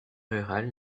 rurale